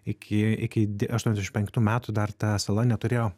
iki iki aštuoniasdešim penktųjų metų dar ta sala neturėjo